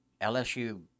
LSU –